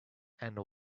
and